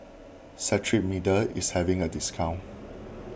Cetrimide is having a discount